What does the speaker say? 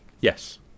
Yes